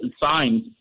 signs